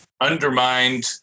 undermined